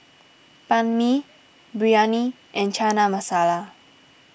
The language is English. Banh Mi Biryani and Chana Masala